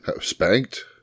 Spanked